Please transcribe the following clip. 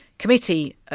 committee